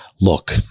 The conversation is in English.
Look